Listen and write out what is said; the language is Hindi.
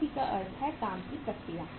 WIP का अर्थ है काम की प्रक्रिया